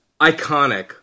Iconic